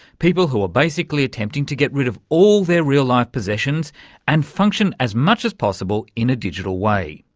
people who are basically attempting to get rid of all their real life possessions and function as much as possible in a digital way.